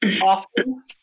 often